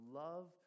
love